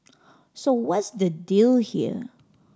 so what's the deal here